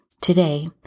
Today